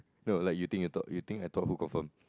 well like you think you talk you think I who confirm